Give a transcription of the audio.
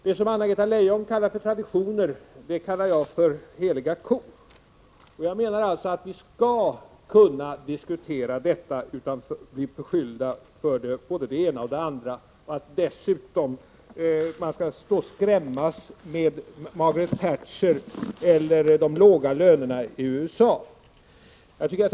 Det som Anna-Greta Leijon kallar för traditioner kallar jag för heliga kor. Jag menar att vi skall kunna diskutera detta utan att bli beskyllda för både det ena och det andra och utan att man dessutom skall skrämma med Margaret Thatcher eller med de låga lönerna i USA.